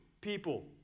people